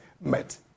met